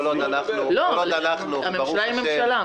לא, הממשלה היא ממשלה.